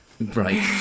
Right